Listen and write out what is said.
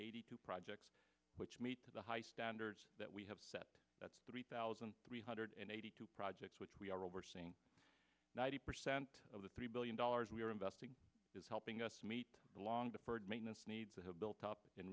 eighty two projects which meet the high standards that we have set that's three thousand three hundred eighty two projects which we are overseeing ninety percent of the three billion dollars we are investing is helping us meet along the first maintenance needs that have built up in